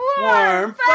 Warm